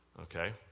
okay